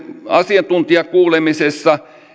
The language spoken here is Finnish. asiantuntijakuulemisessa